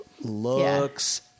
Looks